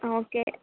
ആ ഓക്കേ